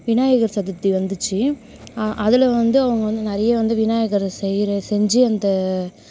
விநாயகர் சதுர்த்தி வந்துச்சு அதில் வந்து அவுங்க வந்து நிறைய வந்து விநாயகர் செய்கிற செஞ்சு அந்த